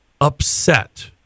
upset